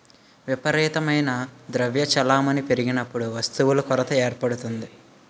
విపరీతమైన ద్రవ్య చలామణి పెరిగినప్పుడు వస్తువుల కొరత ఏర్పడుతుంది